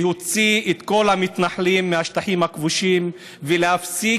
להוציא את כל המתנחלים מהשטחים הכבושים ולהפסיק